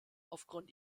aufgrund